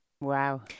Wow